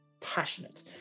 passionate